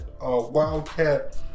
Wildcat